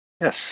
yes